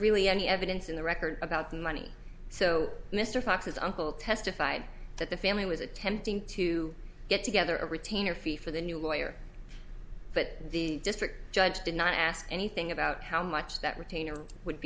really any evidence in the record about the money so mr fox's uncle testified that the family was attempting to get together a retainer fee for the new lawyer but the district judge did not ask anything about how much that retainer would